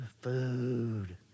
Food